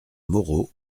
moreau